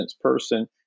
person